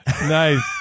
nice